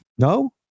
No